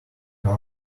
car